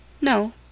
No